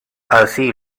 así